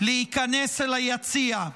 להיכנס אל היציע.